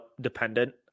dependent